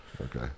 Okay